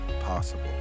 possible